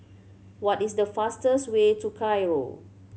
what is the fastest way to Cairo